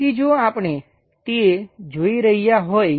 તેથી જો આપણે તે જોઈ રહ્યા હોય